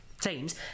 teams